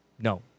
No